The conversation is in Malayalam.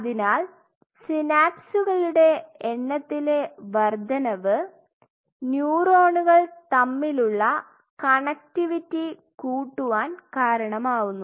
അതിനാൽ സിനാപ്സുകളുടെ എണ്ണത്തിലെ വർദ്ധനവ് ന്യൂറോണുകൾ തമ്മിലുള്ള കണക്റ്റിവിറ്റി കൂട്ടുവാൻ കാരണമാവുന്നു